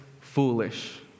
foolish